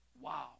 Wow